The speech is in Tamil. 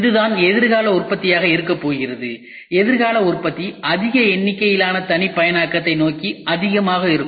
இதுதான் எதிர்கால உற்பத்தியாக இருக்கப்போகிறது எதிர்கால உற்பத்தி அதிக எண்ணிக்கையிலான தனிப்பயனாக்கத்தை நோக்கி அதிகமாக இருக்கும்